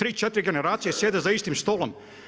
3, 4 generacije sjede za istim stolom.